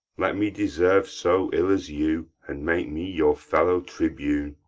let me deserve so ill as you, and make me your fellow tribune.